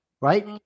right